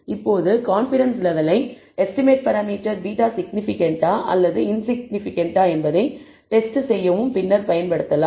இப்போது confidence level ஐ estimated parameter β சிக்னிபிகன்ட்டா அல்லது இன்சிக்னிபிகன்ட்டா என்பதை டெஸ்ட் செய்ய பின்னர் பயன்படுத்தப்படலாம்